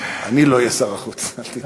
אני לא אהיה שר החוץ, אל תדאג.